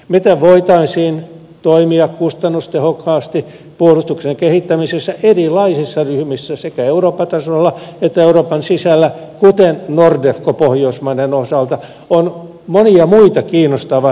miten voitaisiin toimia kustannustehokkaasti puolustuksen kehittämisessä erilaisissa ryhmissä sekä eurooppa tasolla että euroopan sisällä kuten nordefco pohjoismaiden osalta on monia muita kiinnostava hyvä esimerkki